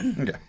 Okay